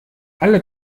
alle